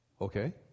okay